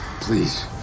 Please